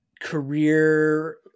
career